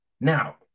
Now